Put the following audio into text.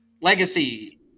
legacy